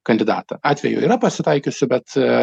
kandidatą atvejų yra pasitaikiusių bet